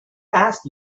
asked